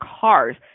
cars